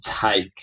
take